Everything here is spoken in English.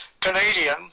Canadian